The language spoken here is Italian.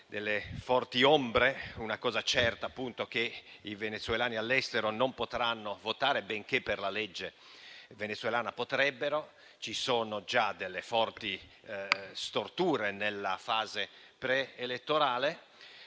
delle forti ombre. Una cosa certa è che i venezuelani all'estero non potranno votare, benché per la legge venezuelana potrebbero; ci sono già delle forti storture nella fase preelettorale.